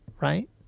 Right